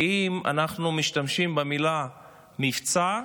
כי אם אנחנו משתמשים במילה "מבצע",